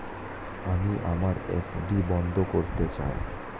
আমি আমার এফ.ডি বন্ধ করতে চাই